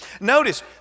Notice